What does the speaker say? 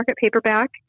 paperback